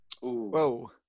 Whoa